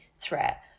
threat